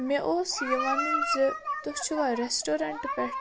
مےٚ اوس یہِ وَنُن زِ تُہۍ چھُوا رٮ۪سٹورنٛٹ پٮ۪ٹھ